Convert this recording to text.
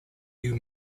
new